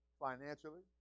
financially